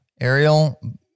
ariel